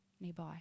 nearby